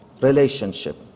relationship